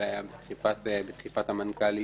זה היה בדחיפת המנכ"לית,